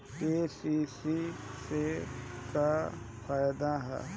KCC से का फायदा ह?